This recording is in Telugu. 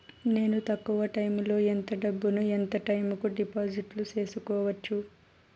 నేను తక్కువ టైములో ఎంత డబ్బును ఎంత టైము కు డిపాజిట్లు సేసుకోవచ్చు?